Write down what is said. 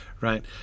right